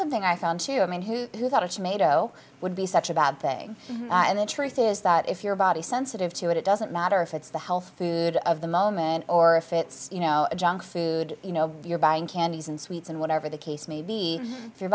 something i found too i mean who thought of tomato would be such a bad thing and the truth is that if your body sensitive to it it doesn't matter if it's the health food of the moment or if it's you know junk food you know you're buying candies and sweets and whatever the case may be if your